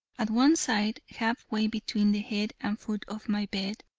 at one side, half way between the head and foot of my bed,